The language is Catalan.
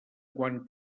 quan